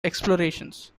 explorations